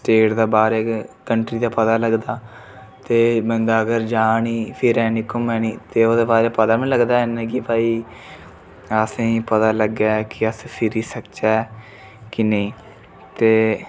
state दे बाह्र country दे पता लगदा ते बन्दा अगर जा नी फिरै नी घूमै नी ते ओह्दे बारै पता बी नी लगदा ऐ कि भई असेंगी पता लग्गै कि अस फिर सकचै कि नेईं ते